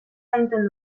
zaintzen